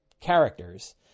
characters